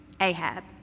Ahab